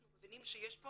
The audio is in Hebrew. אנחנו מבינים שיש פה